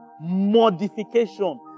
modification